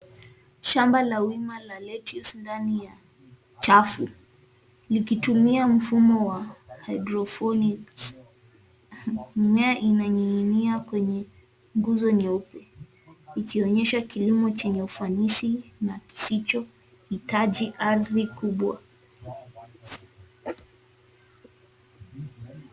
Shamba la wima la lettuce ndani ya chafu likitumia mfumo wa hydroponic . Mimea inaning'inia kwenye nguzo nyeupe ikionyesha kilimo chenye ufanisi na kisicho hitaji ardhi kubwa.